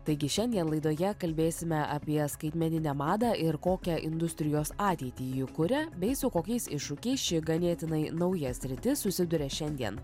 taigi šiandien laidoje kalbėsime apie skaitmeninę madą ir kokią industrijos ateitį ji kuria bei su kokiais iššūkiais ši ganėtinai nauja sritis susiduria šiandien